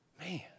Man